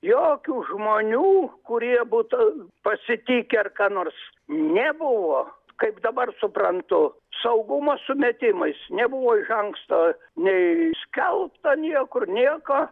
jokių žmonių kurie būtą pasitikę ar ką nors nebuvo kaip dabar suprantu saugumo sumetimais nebuvo iš anksto nei skelbta niekur nieko